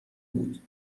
بود